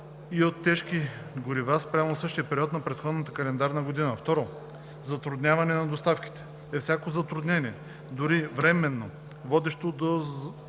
и от тежки горива спрямо същия период през предходната календарна година. 2. „Затрудняване на доставките“ е всяко затруднение, дори временно, водещо до